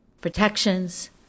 protections